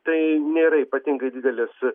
tai nėra ypatingai didelis